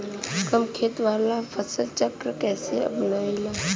कम खेत वाला फसल चक्र कइसे अपनाइल?